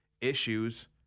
issues